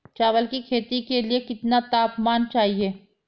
चावल की खेती के लिए कितना तापमान चाहिए?